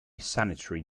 sanitary